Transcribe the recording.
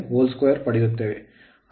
5Vth2rth√rth2xthxr2 ಪಡೆಯುತ್ತೇವೆ